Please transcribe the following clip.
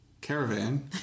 Caravan